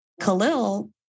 Khalil